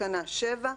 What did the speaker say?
תקנה 7,